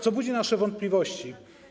Co budzi nasze wątpliwości?